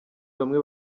bamwe